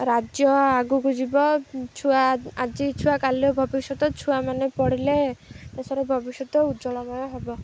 ରାଜ୍ୟ ଆଗକୁ ଯିବ ଛୁଆ ଆଜି ଛୁଆ କାଲି ଭବିଷ୍ୟତ ଛୁଆମାନେ ପଢ଼ିଲେ ଦେଶର ଭବିଷ୍ୟତ ଉଜ୍ଜଳମୟ ହବ